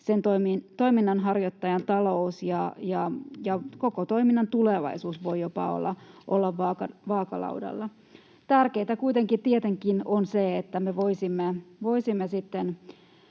sen toiminnanharjoittajan talous, ja koko toiminnan tulevaisuus voi jopa olla vaakalaudalla. Tärkeätä kuitenkin on tietenkin se, että me voisimme sitten